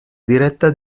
diretta